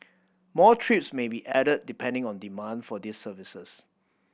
more trips may be added depending on demand for these services